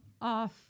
off